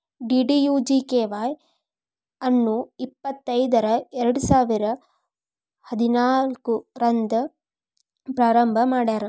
DDUGKY Y ಅನ್ನು ಇಪ್ಪತೈದರ ಎರಡುಸಾವಿರ ಹದಿನಾಲ್ಕು ರಂದ್ ಪ್ರಾರಂಭ ಮಾಡ್ಯಾರ್